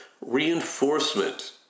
Reinforcement